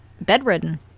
bedridden